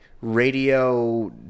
radio